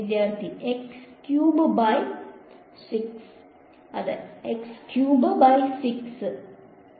വിദ്യാർത്ഥി x cube by 6